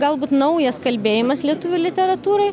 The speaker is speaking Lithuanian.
galbūt naujas kalbėjimas lietuvių literatūrai